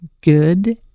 good